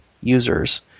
users